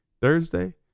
Thursday